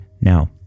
Now